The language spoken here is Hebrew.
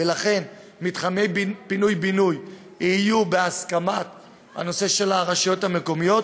ולכן הנושא של מתחמי פינוי-בינוי יהיה בהסכמת הרשויות המקומיות.